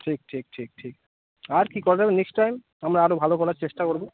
ঠিক ঠিক ঠিক ঠিক আর কী করবে নেক্সট টাইম মানে আরো ভালো করার চেষ্টা করবে